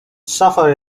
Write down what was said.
suffer